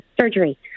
surgery